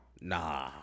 Nah